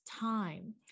time